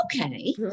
Okay